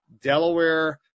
Delaware